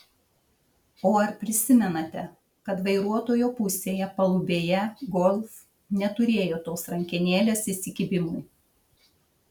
o ar prisimenate kad vairuotojo pusėje palubėje golf neturėjo tos rankenėles įsikibimui